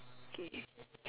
okay